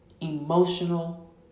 emotional